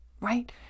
right